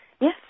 Yes